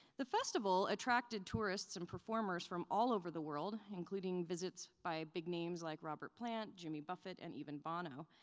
the festival attracted tourists and performers from all over the world, including visits by big names like robert plant, jimmy buffet, and even bono.